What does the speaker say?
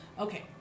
Okay